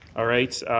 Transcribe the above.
all right.